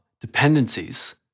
dependencies